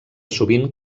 sovint